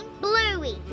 Bluey